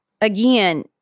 again